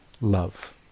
love